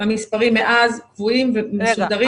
המספרים מאז קבועים ומסודרים.